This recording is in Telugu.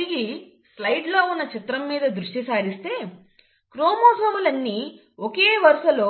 మనం తిరిగి స్లైడ్ లో ఉన్న చిత్రం మీద దృష్టిసారిస్తే క్రోమోజోములన్ని ఒకే వరుసలో